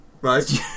right